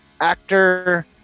actor